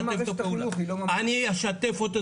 גם מערכת החינוך היא לא --- אני אשתף איתו.